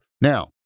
Now